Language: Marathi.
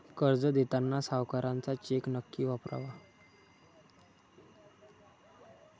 कर्ज देताना सावकाराचा चेक नक्की वापरावा